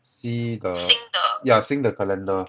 see the yeah sync the calendar